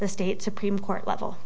the state supreme court level